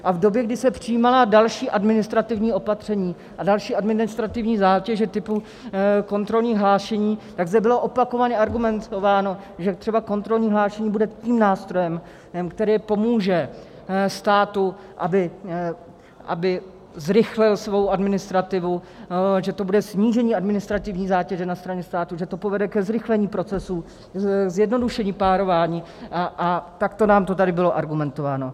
A v době, kdy se přijímala další administrativní opatření a další administrativní zátěže typu kontrolních hlášení, zde bylo opakovaně argumentováno, že třeba kontrolní hlášení bude tím nástrojem, který pomůže státu, aby zrychlil svou administrativu, že to bude snížení administrativní zátěže na straně státu, že to povede ke zrychlení procesů, zjednodušení párování, a takto nám to tady bylo argumentováno.